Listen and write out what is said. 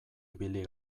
ibili